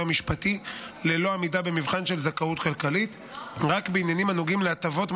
המשפטי ללא עמידה במבחן של זכאות כלכלית רק בעניינים הנוגעים להטבות,